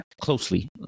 Closely